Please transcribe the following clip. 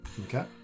Okay